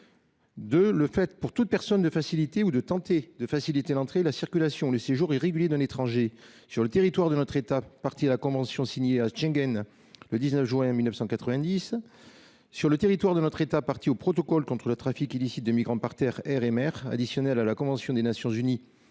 le fait, pour toute personne, de faciliter ou de tenter de faciliter l’entrée, la circulation ou le séjour irréguliers d’un étranger, que ce soit sur le territoire d’un autre État partie à la convention signée à Schengen le 19 juin 1990, ou sur le territoire d’un autre État partie au protocole contre le trafic illicite de migrants par terre, air et mer, additionnel à la convention des Nations unies